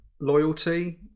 loyalty